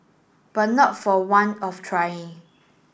but not for want of trying